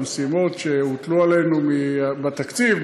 במשימות שהוטלו עלינו בתקציב,